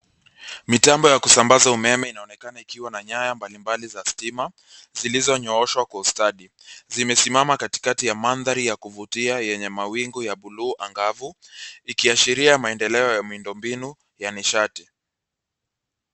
Mitambo ya kusambaza umeme inaonekana ikiwa na nyaya mbalimbali za stima zilizonyooshwa kwa ustadi. Zimesimama katikati ya mandhari ya kuvutia yenye mawingu ya buluu angavu ikiashiria maendelo ya miundo mbinu ya nishati.